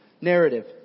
narrative